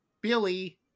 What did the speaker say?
Billy